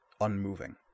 Unmoving